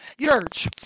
Church